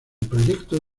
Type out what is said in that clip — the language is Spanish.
proyecto